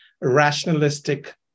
rationalistic